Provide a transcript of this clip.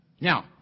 Now